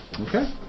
Okay